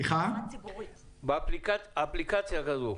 האפליקציה הזו,